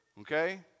Okay